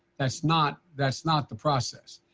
that's not that's not the process.